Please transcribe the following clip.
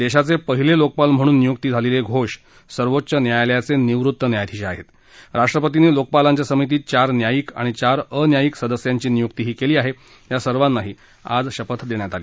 दशाच पिहिल मोकपाल म्हणून नियुक्ती झालखा झोष सर्वोच्च न्यायालयाच जिवृत्त न्यायाधीश आहत्त राष्ट्रपतीनी लोकपालांच्या समितीत चार न्यायिक आणि चार अन्यायिक सदस्यांची नियुक्तीही कल्ली आह ग्रासर्वांनाही आज शपथ दृष्यित आली